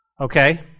Okay